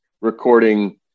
recording